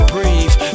Breathe